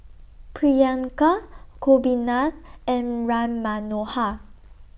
Priyanka Gopinath and Ram Manohar